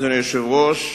אדוני היושב-ראש,